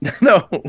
No